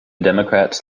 democrats